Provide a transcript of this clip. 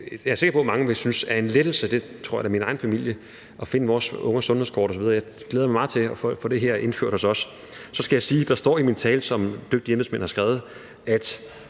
Jeg er sikker på, at mange vil synes, at det er en lettelse, og det tror jeg da min egen familie synes i forbindelse med at finde vores ungers sundhedskort osv. Jeg glæder mig meget til at få det her indført hos os. Så skal jeg sige, at der i min tale, som dygtige embedsmænd har skrevet, står,